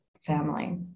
family